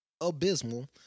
abysmal